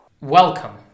Welcome